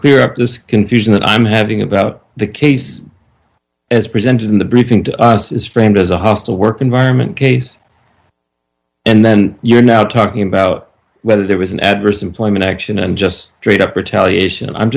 clear up this confusion that i'm having about the case as presented in the briefing to us is framed as a hostile work environment case and then you're now talking about whether there was an adverse employment action and just